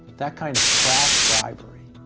that kind of crass bribery